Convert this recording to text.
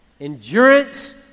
Endurance